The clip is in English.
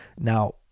Now